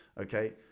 Okay